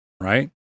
right